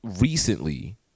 recently